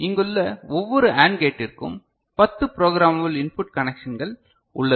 இங்குள்ள ஒவ்வொரு AND கேட்டிற்கும் பத்து ப்ரோக்ராமபல் இன்புட் கனெக்ஷன்கள் உள்ளது